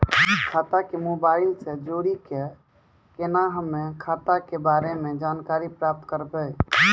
खाता के मोबाइल से जोड़ी के केना हम्मय खाता के बारे मे जानकारी प्राप्त करबे?